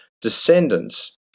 descendants